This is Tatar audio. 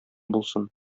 булсын